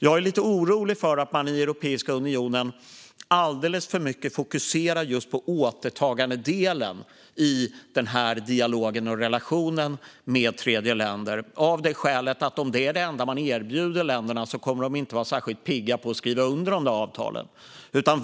Jag är lite orolig att man inom Europeiska unionen fokuserar alldeles för mycket på just återtagandedelen i dialogen och relationen med tredjeländer, av det skälet att länderna inte kommer att vara särskilt pigga på att skriva under avtalen om det är det enda man erbjuder dem.